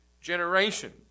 generation